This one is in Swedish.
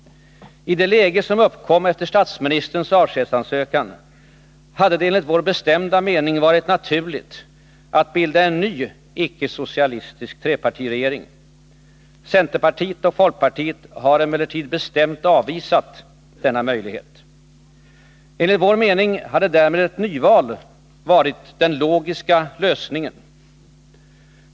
I det läge som uppkom efter statsministerns avskedsansökan hade det enligt vår bestämda mening varit naturligt att bilda en ny icke-socialistisk trepartiregering. Centerpartiet och folkpartiet har emellertid bestämt avvisat denna möjlighet. Enligt vår mening hade därmed ett nyval varit den logiska lösningen.